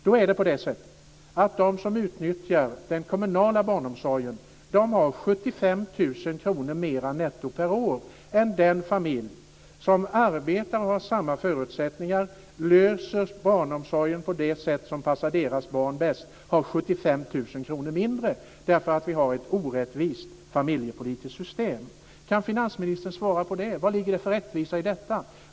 Då är det på det sättet att de som utnyttjar den kommunala barnomsorgen har 75 000 kr mera netto per år än den familj som arbetar och har samma förutsättningar och löser barnomsorgen på det sätt som passar deras barn bäst men har 75 000 kr mindre därför att vi har ett orättvist familjepolitiskt system. Kan finansministern svara på det? Vad ligger det för rättvisa i detta?